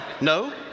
No